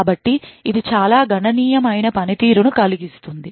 కాబట్టి ఇది చాలా గణనీయమైన పనితీరును కలిగిస్తుంది